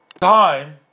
time